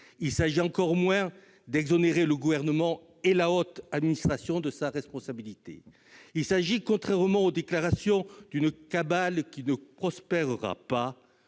Il s'agit encore moins d'exonérer le Gouvernement et la haute administration de leurs responsabilités. Il s'agit, contrairement aux déclarations d'une cabale qui ne prospèrera pas,